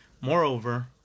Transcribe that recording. Moreover